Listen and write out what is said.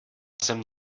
zem